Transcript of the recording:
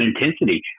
intensity